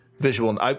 visual